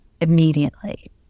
immediately